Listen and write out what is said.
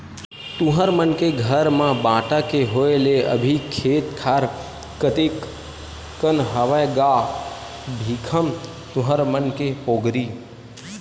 तुँहर मन के घर म बांटा के होय ले अभी खेत खार कतिक कन हवय गा भीखम तुँहर मन के पोगरी?